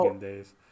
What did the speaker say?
days